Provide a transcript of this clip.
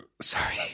Sorry